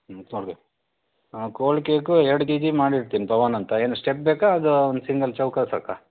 cold ಬೇಕು ಹಾಂ cold cake ಎರ್ಡು ಕೆ ಜಿ ಮಾಡಿರ್ತೀನಿ ಪವನ್ ಅಂತ ಏನು ಸ್ಟೆಪ್ ಬೇಕಾ ಅದೂ ಒಂದು ಸಿಂಗಲ್ ಚೌಕ ಸಾಕಾ